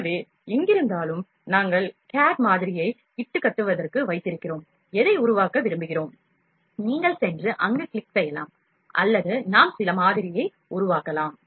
எனவே எங்கிருந்தாலும் நாங்கள் கேட் மாதிரியை இட்டுக்கட்டுவதற்காக வைத்திருக்கிறோம் எதை உருவாக்க விரும்புகிறோம் நீங்கள் சென்று அங்கு கிளிக் செய்யலாம் அல்லது நாம் சில மாதிரியை உருவாக்கலாம்